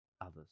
others